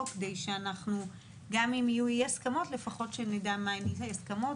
כדי שגם אם יהיו אי-הסכמות לפחות שנדע מה הן אי-ההסכמות,